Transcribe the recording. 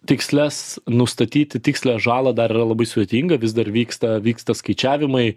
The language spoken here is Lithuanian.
tikslias nustatyti tikslią žalą dar yra labai sudėtinga vis dar vyksta vyksta skaičiavimai